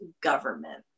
government